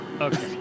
Okay